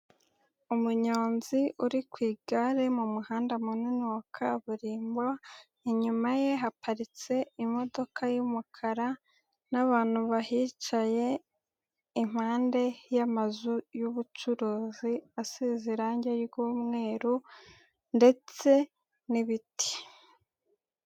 Umunyonzi uri ku igare mu muhanda munini wa kaburimbo, inyuma ye haparitse imodoka y'umukara n'abantu bahicaye impande y'amazu y'ubucuruzi asi irangi ry'umweru ndetse n'ibiti.